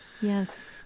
Yes